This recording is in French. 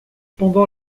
pendant